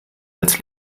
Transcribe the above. als